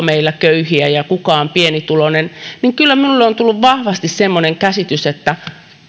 meillä köyhiä ja kuka on pienituloinen niin kyllä minulle on tullut vahvasti semmoinen käsitys että